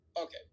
okay